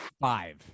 five